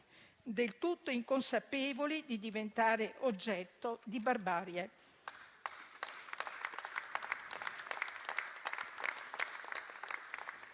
del tutto inconsapevoli di diventare oggetto di barbarie.